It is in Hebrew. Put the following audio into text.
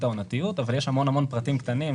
העונתיות אבל יש הרבה מאוד פרטים קטנים,